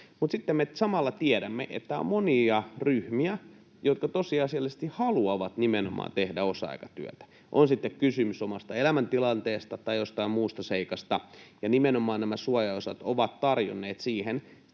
me samalla tiedämme, että on monia ryhmiä, jotka tosiasiallisesti haluavat nimenomaan tehdä osa-aikatyötä, on sitten kysymys omasta elämäntilanteesta tai jostain muusta seikasta, ja nimenomaan nämä suojaosat ovat tarjonneet siihen